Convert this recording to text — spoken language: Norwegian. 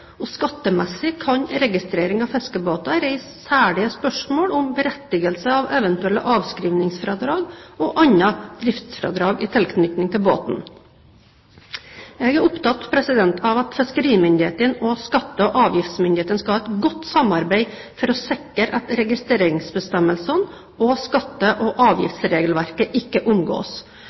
og skattemessig kan registrering av fiskebåter reise særlige spørsmål om berettigelse av eventuelle avskrivningsfradrag og andre driftsfradrag i tilknytning til båten. Jeg er opptatt av at fiskerimyndighetene og skatte- og avgiftsmyndighetene skal ha et godt samarbeid for å sikre at registreringsbestemmelsene og skatte- og avgiftsregelverket ikke omgås.